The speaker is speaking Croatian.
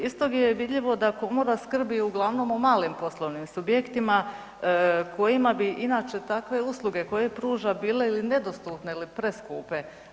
Iz toga je vidljivo da Komora skrbi uglavnom o malim poslovnim subjektima kojima bi inače takve usluge koje pruža bile ili nedostupne ili preskupe.